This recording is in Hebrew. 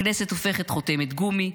הכנסת הופכת חותמת גומי,